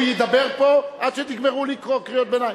הוא ידבר פה עד שתגמרו לקרוא קריאות ביניים.